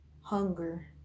hunger